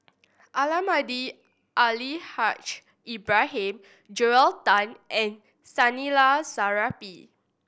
Almahdi Al Haj Ibrahim Joel Tan and Zainal Sapari